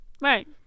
right